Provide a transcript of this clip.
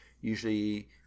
usually